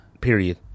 period